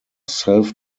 self